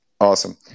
Awesome